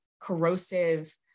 corrosive